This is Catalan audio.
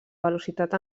velocitat